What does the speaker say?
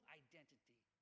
identity